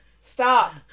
stop